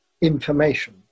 information